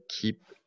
keep